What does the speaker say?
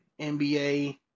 NBA